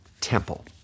temple